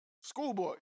Schoolboy